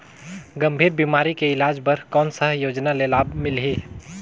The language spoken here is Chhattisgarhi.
गंभीर बीमारी के इलाज बर कौन सा योजना ले लाभ मिलही?